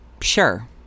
sure